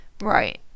Right